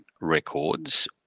records